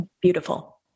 beautiful